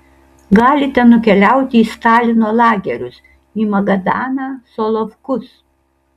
galite nukeliauti į stalino lagerius į magadaną solovkus